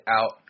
out